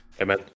Amen